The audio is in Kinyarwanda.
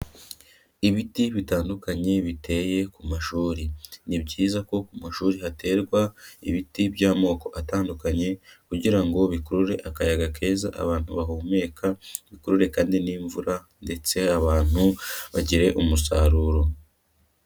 Ibiti bitandukanye biteye ku mashuri. Ni byiza ko ku mashuri haterwa ibiti by'amoko atandukanye kugira ngo bikurure akayaga keza abantu bahumeka, bikurure kandi n'imvura ndetse abantu bagire umusaruro.